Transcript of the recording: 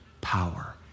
power